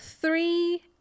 Three